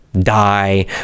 die